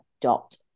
dot